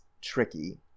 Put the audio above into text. tricky